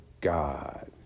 God